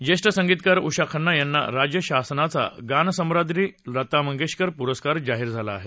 ज्येष्ठ संगीतकार उषा खन्ना यांना राज्य शासनाचा गानसम्राज्ञी लता मंगेशकर पुरस्कार जाहीर झाला आहे